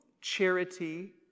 charity